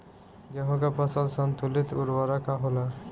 गेहूं के फसल संतुलित उर्वरक का होला?